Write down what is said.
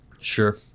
sure